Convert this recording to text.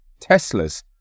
Teslas